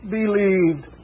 believed